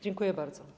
Dziękuję bardzo.